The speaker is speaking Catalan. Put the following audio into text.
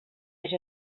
eix